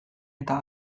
eta